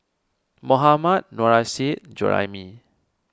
Mohammad Nurrasyid Juraimi